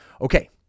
Okay